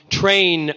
train